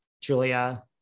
Julia